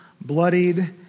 bloodied